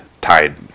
tied